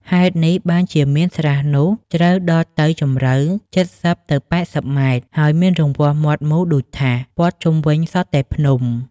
ហេតុនេះ បានជាមានស្រះនោះ ជ្រៅដល់ទៅជម្រៅ ៧០-៨០ ម៉ែត្រ ហើយមានរង្វះមាត់មូលដូចថាស ព័ទ្ធជុំវិញសុទ្ធតែភ្នំ។